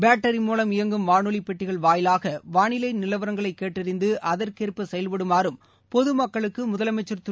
battery மூலம் இயங்கும் வானொலி பெட்டிகள் வாயிலாக வானிலை நிலவரங்களை கேட்டறிந்து அதற்கேற்ப செயல்படுமாறும் பொதுமக்களுக்கு முதலமைச்சர் திரு